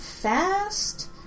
Fast